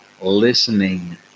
listening